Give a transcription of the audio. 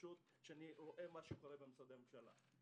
קורה במשרדי ממשלה.